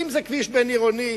אם זה כביש בין-עירוני,